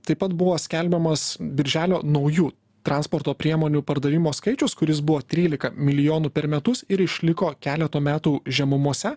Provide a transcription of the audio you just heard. taip pat buvo skelbiamas birželio naujų transporto priemonių pardavimo skaičius kuris buvo trylika milijonų per metus ir išliko keleto metų žemumose